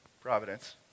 Providence